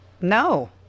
No